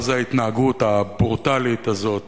מה זאת ההתנהגות הברוטלית הזאת?